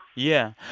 yeah.